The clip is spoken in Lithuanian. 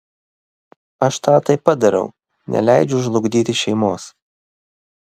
aš tą taip pat darau neleidžiu žlugdyti šeimos